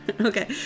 Okay